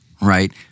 right